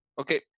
Okay